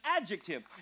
adjective